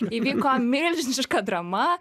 įvyko milžiniška drama